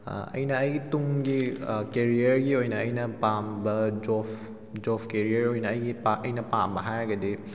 ꯑꯩꯅ ꯑꯩꯒꯤ ꯇꯨꯡꯒꯤ ꯀꯦꯔꯤꯌꯔꯒꯤ ꯑꯣꯏꯅ ꯑꯩꯅ ꯄꯥꯝꯕ ꯖꯣꯕ ꯖꯣꯕ ꯀꯦꯔꯤꯌꯔ ꯑꯣꯏꯅ ꯑꯩꯒꯤ ꯑꯩꯅ ꯄꯥꯝꯕ ꯍꯥꯏꯔꯒꯗꯤ